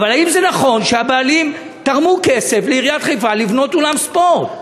אבל האם זה נכון שהבעלים תרמו כסף לעיריית חיפה לבנות אולם ספורט?